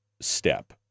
step